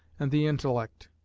and the intellect,